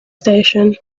station